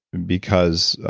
and because,